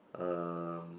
um